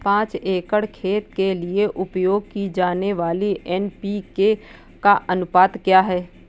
पाँच एकड़ खेत के लिए उपयोग की जाने वाली एन.पी.के का अनुपात क्या है?